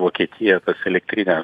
vokietija tas elektrines